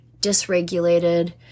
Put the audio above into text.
dysregulated